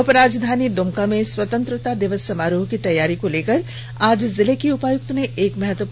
उपराजधानी द्मका में स्वतंत्रता दिवस समारोह की तैयारी को लेकर आज जिले की उपायुक्त ने एक महत्वपूर्ण बैठक की